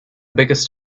biggest